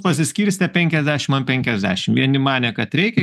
pasiskirstė penkiasdešim an penkiasdešim vieni manė kad reikia